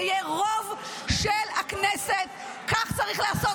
זה יהיה רוב של הכנסת, כך צריך לעשות.